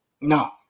No